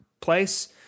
place